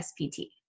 SPT